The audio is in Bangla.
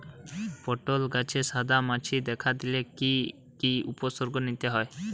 পটল গাছে সাদা মাছি দেখা দিলে কি কি উপসর্গ নিতে হয়?